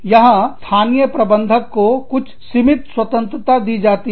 यहां स्थानीय प्रबंधक को बहुत सीमित स्वतंत्रता दी जाती है